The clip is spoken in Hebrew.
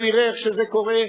והוא יראה איך שזה קורה.